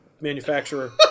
manufacturer